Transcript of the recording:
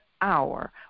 hour